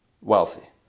wealthy